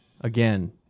again